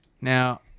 now